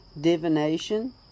divination